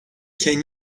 can